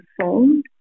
phone